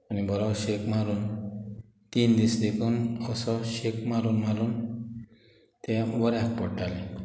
आनी बरो शेक मारून तीन दीस देखून असो शेक मारून मारून ते वऱ्याक पडटाले